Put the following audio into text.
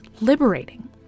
liberating